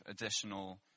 additional